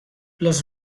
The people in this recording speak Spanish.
los